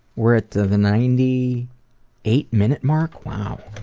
we're at the the ninety eight minute mark. wow!